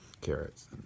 carrots